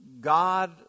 God